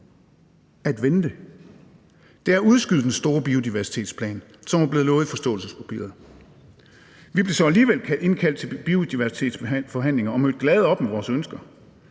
at vente. Det er at udskyde den store biodiversitetsplan, som er blevet lovet i forståelsespapiret. Vi blev så alligevel indkaldt til biodiversitetsforhandlinger og mødte glade op med vores ønsker.